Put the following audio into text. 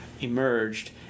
emerged